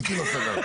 איתי לא סגרת.